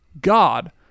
God